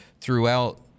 throughout